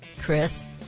Chris